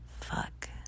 fuck